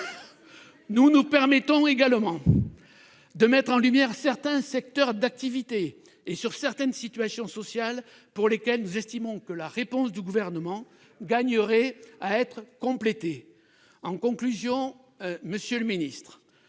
Nous nous permettrons également de mettre en lumière certains secteurs d'activité et certaines situations sociales pour lesquelles nous estimons que la réponse du Gouvernement gagnerait à être complétée. En conclusion, monsieur le ministre,